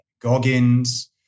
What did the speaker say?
Goggins